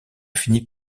finit